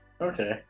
Okay